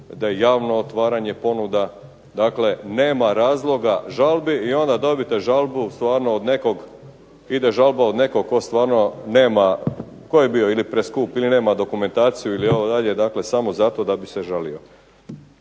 da je javno otvaranje ponuda, dakle nema razloga žalbi i onda dobijete žalbu stvarno od nekog, ide žalba od nekog tko stvarno nema, tko je bio ili preskup ili nema dokumentaciju, dakle samo zato da bi se žalio.